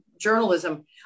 journalism